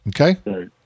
Okay